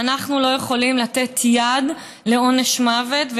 אנחנו לא יכולים לתת יד לעונש מוות.